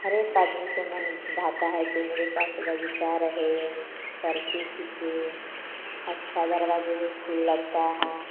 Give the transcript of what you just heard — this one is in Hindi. हर एक आदमी को मन भाता है जो मेरे पास बगीचा रहे सेल्फी खींचे अच्छा दरवाजे पर फूल लगता है